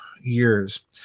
years